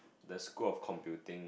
the school of computing